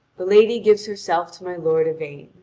the lady gives herself to my lord yvain.